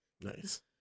Nice